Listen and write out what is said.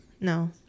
no